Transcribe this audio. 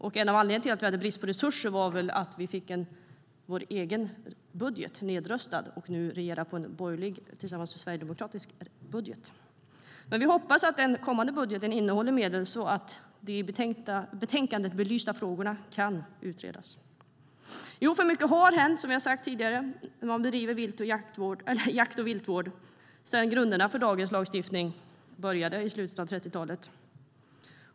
Och en av anledningarna till bristande resurser var ju att vi fick vår egen budget nedröstad, så nu måste vi regera utefter en borgerlig och sverigedemokratisk budget. Vi får hoppas att kommande budget innehåller medel så att de i betänkandet belysta frågorna kan utredas. Ja, mycket har hänt - som jag har sagt tidigare - med hur man bedriver jakt och viltvård sedan grunderna för dagens jaktlagstiftning började ta form i slutet av 30-talet.